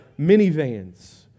minivans